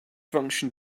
function